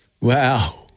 Wow